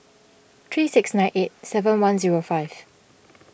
three six nine eight seven one zero five